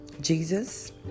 Jesus